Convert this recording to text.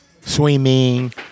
swimming